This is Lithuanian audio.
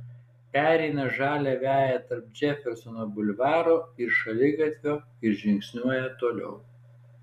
pereina žalią veją tarp džefersono bulvaro ir šaligatvio ir žingsniuoja toliau